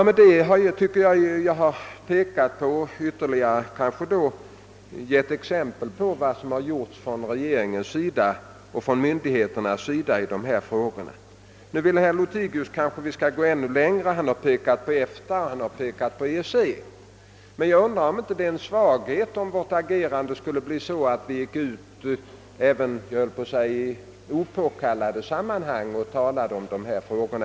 Med det anförda anser jag att jag har givit ytterligare exempel på vad som gjorts från regeringens och myndigheternas sida i dessa frågor. Herr Lothigius vill kanske att vi skall gå ännu längre. Han har talat om EFTA och EEC. Men jag undrar om det inte vore en svaghet ifall vi gick ut även till ovidkommande organ och talade om dessa frågor.